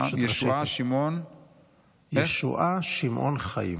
ישועה שמעון חיים.